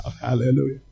Hallelujah